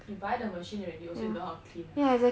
you buy the machine already also you don't know how to clean lah